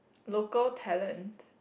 local talent